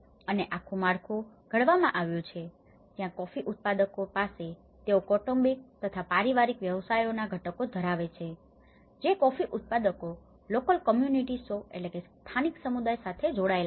અને આખું માળખું ઘડવામાં આવ્યું છે જ્યાં કોફી ઉત્પાદકો પાસે તેઓ કૌટુંબિક તથા પારિવારિક વ્યવસાયોના ઘટકો ધરાવે છે જે કોફી ઉત્પાદકો લોકલ કોમ્યુનિટીસો local communities સ્થાનિક સમુદાય સાથે જોડાયેલા છે